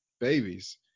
babies